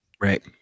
Right